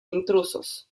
intrusos